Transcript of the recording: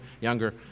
younger